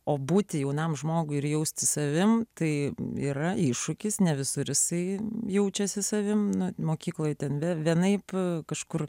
o būti jaunam žmogui ir jaustis savim tai yra iššūkis ne visur jisai jaučiasi savim na mokykloj ten be vienaip kažkur